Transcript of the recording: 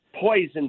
poison